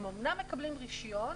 הם אמנם מקבלים רישיון,